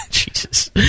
Jesus